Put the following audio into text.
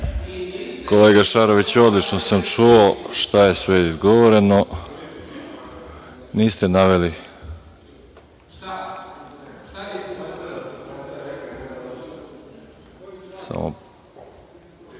Kolega Šaroviću, odlično sam čuo šta je sve izgovoreno. Niste naveli…(Nemanja